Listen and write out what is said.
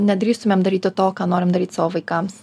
nedrįstumėm daryti to ką norim daryt savo vaikams